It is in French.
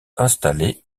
installée